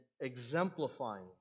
exemplifying